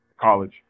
college